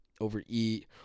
overeat